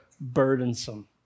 burdensome